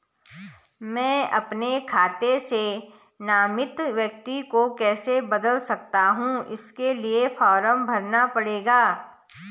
मैं अपने खाते से नामित व्यक्ति को कैसे बदल सकता हूँ इसके लिए फॉर्म भरना पड़ेगा?